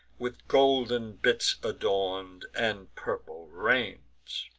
with golden bits adorn'd, and purple reins.